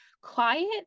quiet